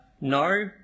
No